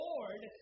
Lord